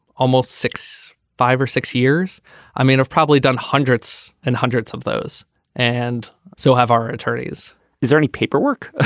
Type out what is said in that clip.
almost six five or six years i mean i've probably done hundreds and hundreds of those and so have our attorneys is there any paperwork. ah